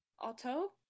auto